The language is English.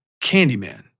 Candyman